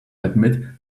admit